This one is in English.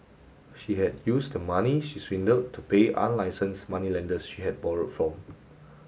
she had used the money she swindled to pay unlicensed moneylenders she had borrowed from